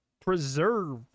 preserve